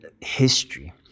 history